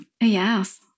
Yes